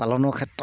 পালনৰ ক্ষেত্ৰত